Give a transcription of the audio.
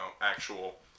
actual